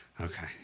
Okay